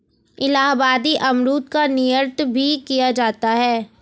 इलाहाबादी अमरूद का निर्यात भी किया जाता है